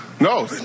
No